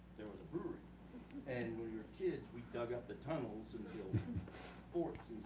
there was a brewery and when we were kids, we dug up the tunnels and built forts